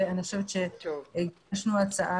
המשפטים.